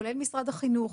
כולל משרד החינוך,